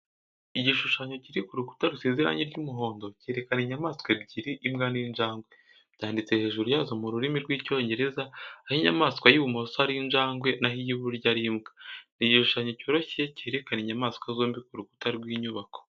Igishushanyo kiri ku rukuta rusize irangi ry'umuhondo, cyerekana inyamaswa ebyiri imbwa n'injangwe. Byanditse hejuru yazo mu rurimi rw'Icyongereza, aho inyamaswa y'ibumoso ari injangwe naho iy'iburyo ari imbwa. Ni igishushanyo cyoroshye cyerekana inyamaswa zombi ku rukuta rw'inyubako.